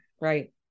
Right